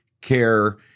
care